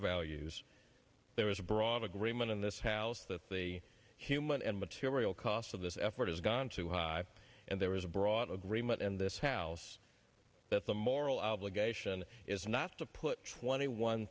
values there is a broad agreement in this house that the human and material cost of this effort has gone too high and there is a broad agreement in this house that the moral obligation is not to put twenty one